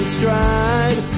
stride